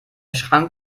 schrank